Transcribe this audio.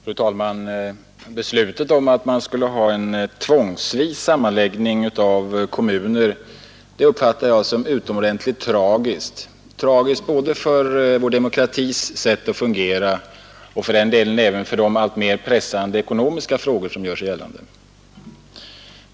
Fru talman! Beslutet om att man skulle ha en tvångsvis sammanläggning av kommuner uppfattar jag som utomordentligt tragiskt för vår demokratis sätt att fungera och för den delen även för de alltmer pressande ekonomiska frågor som gör sig gällande.